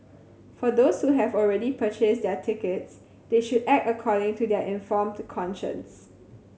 for those who have already purchased their tickets they should act according to their informed conscience